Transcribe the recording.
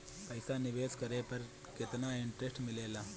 पईसा निवेश करे पर केतना इंटरेस्ट मिलेला?